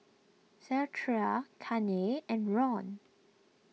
Zechariah Kanye and Ron